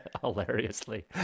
hilariously